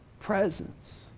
Presence